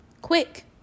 Quick